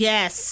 Yes